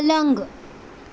पलंग